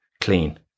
clean